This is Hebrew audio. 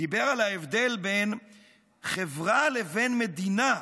דיבר על ההבדל בין חברה לבין מדינה,